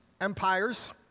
empires